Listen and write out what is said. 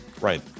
Right